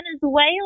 Venezuela